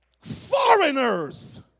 Foreigners